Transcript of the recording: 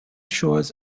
shores